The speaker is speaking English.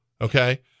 okay